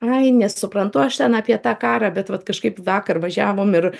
ai nesuprantu aš ten apie tą karą bet vat kažkaip vakar važiavom ir